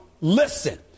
listen